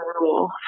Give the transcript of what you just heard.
rule